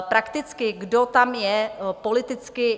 Prakticky kdo tam je politicky.